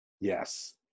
yes